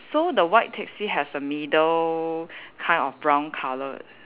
so the white taxi has a middle kind of brown colour